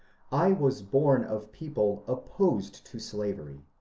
i was born of people opposed to slavery,